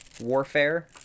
warfare